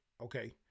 Okay